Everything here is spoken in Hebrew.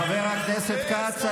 חבר הכנסת כץ,